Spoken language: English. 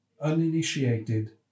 uninitiated